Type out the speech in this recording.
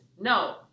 No